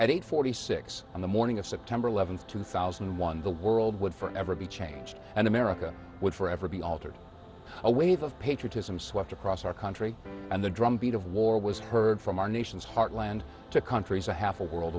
at eight forty six on the morning of september eleventh two thousand and one the world would forever be changed and america would forever be altered a wave of patriotism swept across our country and the drumbeat of war was heard from our nation's heartland to countries a half a world